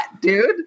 dude